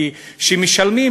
כי כשמשלמים,